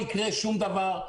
לא יקרה שום דבר.